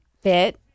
fit